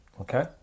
Okay